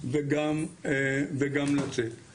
ובדצמבר 2022 שזה המועד ששב"ס אמור לעבור אליו